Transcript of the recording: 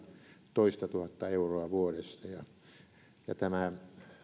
toistatuhatta euroa vuodessa tämä